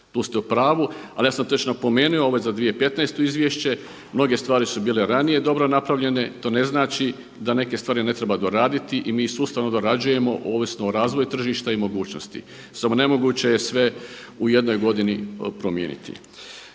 Tu ste u pravu. Ali ja sam to već napomenuo. Ovo je za 2015. izvješće. Mnoge stvari su bile ranije dobro napravljene. To ne znači da neke stvari ne treba doraditi i mi ih sustavno dorađujemo ovisno o razvoju tržišta i mogućnosti, samo nemoguće je sve u jednoj godini promijeniti.